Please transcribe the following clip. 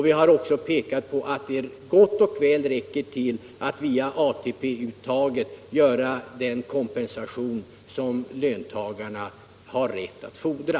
Vi har också pekat på Reviderat in att det gott och väl räcker att via ATP-uttaget göra den kompensation - komstbegrepp inom som löntagarna har rätt att fordra.